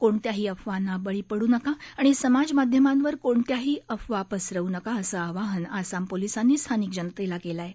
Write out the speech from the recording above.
कोणत्याही अफवांना बळी पडू नका आणि समाज माध्यमांवर कोणत्याही अफवा पसरवू नका असं आवाहन आसाम पोलिसांनी स्थानिक जनतेला केलं आहे